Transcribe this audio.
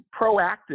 proactive